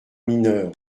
mineur